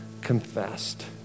confessed